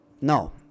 No